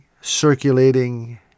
circulating